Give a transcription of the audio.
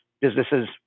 businesses